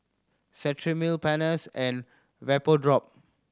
Cetrimide Pansy and Vapodrop